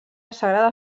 sagrada